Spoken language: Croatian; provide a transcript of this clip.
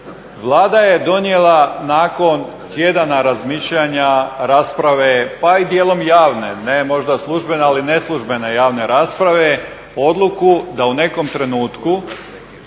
Vlada je donijela nakon tjedana razmišljanja rasprave pa i dijelom javne, ne možda službeno, ali neslužbene javne rasprave odluku da u nekom trenutku